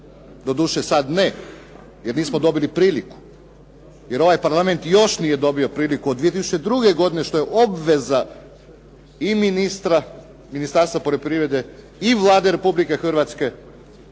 doduše sad ne jer nismo dobili priliku, jer ovaj Parlament još nije dobio priliku od 2002. godine, što je obveza i ministra, Ministarstva poljoprivrede i Vlade Republike Hrvatske,